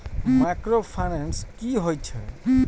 Micro finance कि होई छै?